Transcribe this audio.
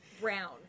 brown